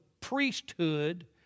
priesthood